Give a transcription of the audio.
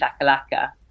Shakalaka